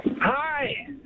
Hi